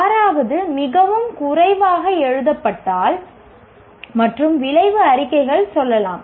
யாராவது மிகவும் குறைவாக எழுதப்பட்டால் மற்றும் விளைவு அறிக்கைகள் சொல்லலாம்